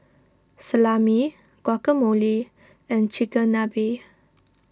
Salami Guacamole and Chigenabe